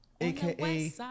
aka